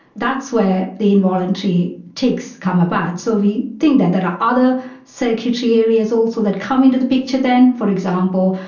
that's where the involuntary tics come about. so we think that there are other circuitry areas also that come into the picture then. for example,